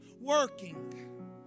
working